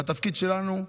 והתפקיד שלנו הוא